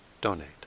donate